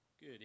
Good